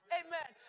amen